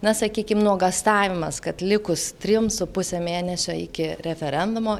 na sakykim nuogąstavimas kad likus trims su puse mėnesio iki referendumo